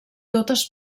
totes